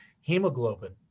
hemoglobin